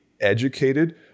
educated